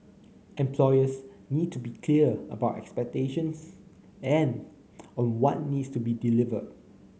employers will need to be clear about expectations and on what needs to be delivered